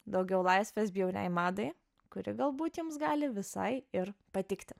daugiau laisvės bjauriai madai kuri galbūt jums gali visai ir patikti